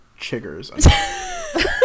chiggers